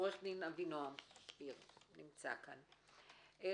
עו"ד אבינועם ביר ראשית,